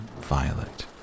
violet